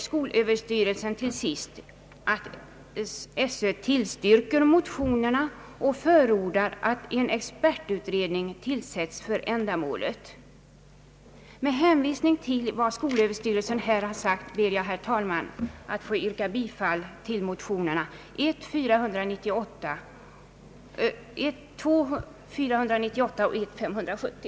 SÖ tillstyrker motionerna och förordar att en expertutredning tillsätts för ändamålet.» Med hänvisning till vad skolöverstyrelsen här har sagt ber jag, herr talman, att få yrka bifall till motionerna 1: 498 och II: 570.